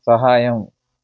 సహాయం